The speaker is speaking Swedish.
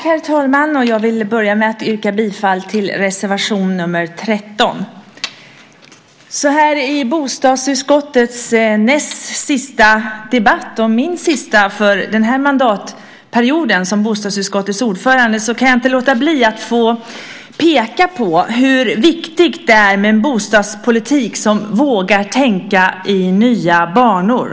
Herr talman! Jag vill börja med att yrka bifall till reservation nr 13. Så här i bostadsutskottets näst sista debatt, och min sista för den här mandatperioden som bostadsutskottets ordförande, kan jag inte låta bli att få peka på hur viktigt det är med en bostadspolitik som vågar tänka i nya banor.